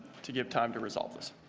to get time to resolve this.